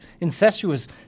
incestuous